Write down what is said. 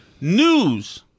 news